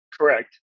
Correct